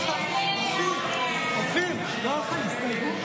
חוק הרשויות המקומיות (בחירות) (תיקון מס' 53),